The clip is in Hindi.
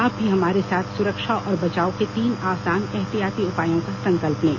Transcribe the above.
आप भी हमारे साथ सुरक्षा और बचाव के तीन आसान एहतियाती उपायों का संकल्प लें